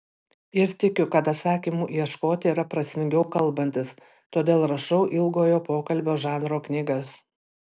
ir tikiu kad atsakymų ieškoti yra prasmingiau kalbantis todėl rašau ilgojo pokalbio žanro knygas